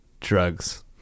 drugs